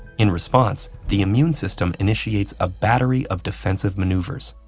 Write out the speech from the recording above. in response, the immune system initiates a battery of defensive maneuvers.